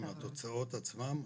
עם התוצאות עצמן,